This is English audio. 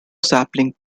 sapling